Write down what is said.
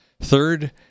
Third